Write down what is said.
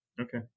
okay